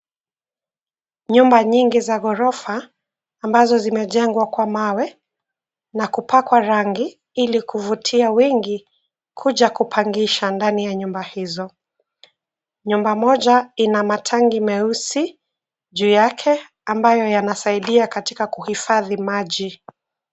Nyumba nyingi za gorofa ambazo zimejengwa kwa mawe na kupakwa rangi ili kuvutia wingi kuja kupangisha ndani ya nyumba hizo. Nyumba moja ina matangi meusi juu yake ambayo yanasaidia katika kuhifathi maji.